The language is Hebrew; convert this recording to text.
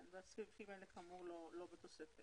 כאמור, הסעיפים האלה לא בתוספת.